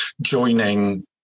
joining